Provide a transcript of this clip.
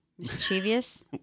Mischievous